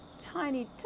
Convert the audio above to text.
tiny